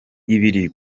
ibiri